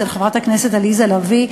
אצל חברת הכנסת עליזה לביא,